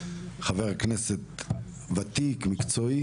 חבר כנסת ותיק,